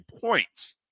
points